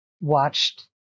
watched